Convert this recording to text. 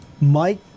Mike